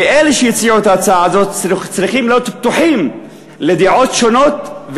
ואלה שהציעו את ההצעה הזאת צריכים להיות פתוחים לדעות שונות,